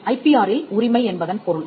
IPR இல் உரிமை என்பதன்பொருள்